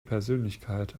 persönlichkeit